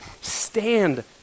stand